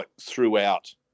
throughout